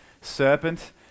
serpent